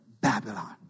Babylon